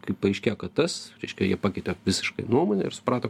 kai paaiškėjo kad tas reiškia jie pakeitė visiškai nuomonę ir suprato